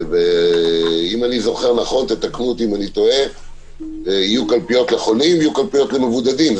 אם אני זוכר נכון יהיו קלפיות לחולים וקלפיות למבודדים,